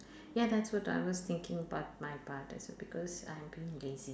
ya that's what I was thinking about my part as well because I'm being lazy